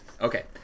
okay